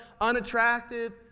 unattractive